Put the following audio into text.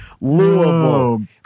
Louisville